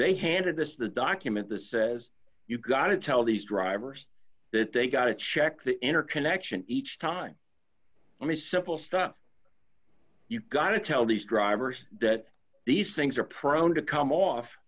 they handed this the document this says you gotta tell these drivers that they got to check the interconnection each time let me simple stuff you got to tell these drivers that these things are prone to come off